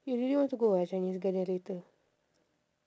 you really one to go eh chinese garden later